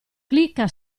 clicca